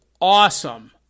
awesome